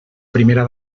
primera